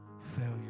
failure